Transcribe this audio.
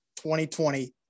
2020